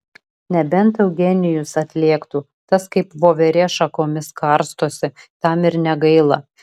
nebent eugenijus atlėktų tas kaip voverė šakomis karstosi tam ir negaila